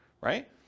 right